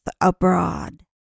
abroad